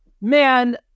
man